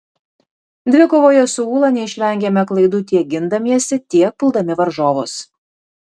dvikovoje su ūla neišvengėme klaidų tiek gindamiesi tiek puldami varžovus